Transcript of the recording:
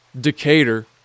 Decatur